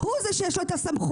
הוא זה שיש לו את הסמכות.